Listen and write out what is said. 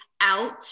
out